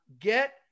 get